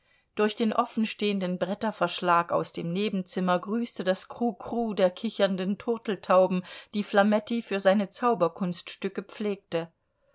durch den offenstehenden bretterverschlag aus dem nebenzimmer grüßte das krukru der kichernden turteltauben die flametti für seine zauberkunststücke pflegte